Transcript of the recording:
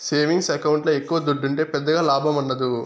savings ఎకౌంట్ల ఎక్కవ దుడ్డుంటే పెద్దగా లాభముండదు